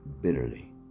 bitterly